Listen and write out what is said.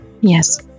yes